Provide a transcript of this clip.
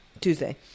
Tuesday